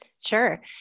Sure